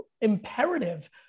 imperative